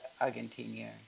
Argentina